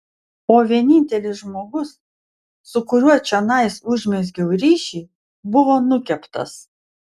o vienintelis žmogus su kuriuo čionais užmezgiau ryšį buvo nukeptas